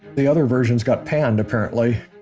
the other versions got panned apparently.